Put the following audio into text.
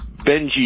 Benji